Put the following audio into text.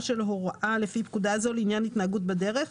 של הוראה לפי פקודה זו לעניין התנהגות בדרך,